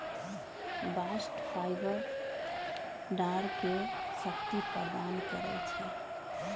bast fibre डांरके शक्ति प्रदान करइ छै